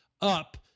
up